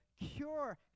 cure